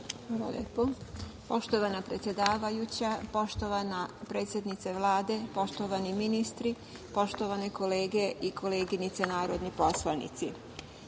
Hvala lepo. Poštovana predsedavajuća, poštovana predsednice Vlade, poštovani ministri, poštovane kolege i koleginice narodni poslanici,